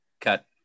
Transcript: cut